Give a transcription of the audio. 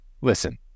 Listen